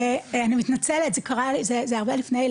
זה אני מתנצלת זה הרבה לפני,